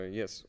yes